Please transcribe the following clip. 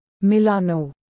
Milano